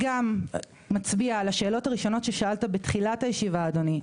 זה גם מצביע על השאלות הראשונות ששאלת בתחילת הישיבה אדוני,